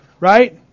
Right